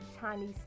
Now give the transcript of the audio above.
Chinese